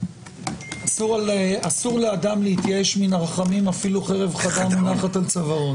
אסור לאדם להתייאש מן הרחמים אפילו חרב חדה מונחת על צווארו,